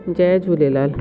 Jay Jhulelal